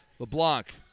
LeBlanc